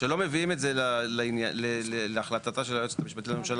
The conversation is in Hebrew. שלא מביאים את זה להחלטתה של היועצת המשפטית לממשלה